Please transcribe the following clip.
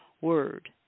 word